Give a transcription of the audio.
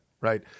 Right